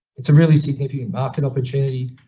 it's a really significant market opportunity.